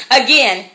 again